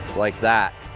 like that.